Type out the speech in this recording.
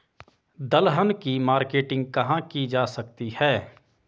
दलहन की मार्केटिंग कहाँ की जा सकती है?